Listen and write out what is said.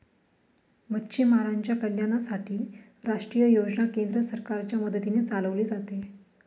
मच्छीमारांच्या कल्याणासाठी राष्ट्रीय योजना केंद्र सरकारच्या मदतीने चालवले जाते